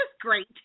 great